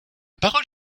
parole